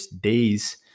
days